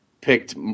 picked